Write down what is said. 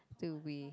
till we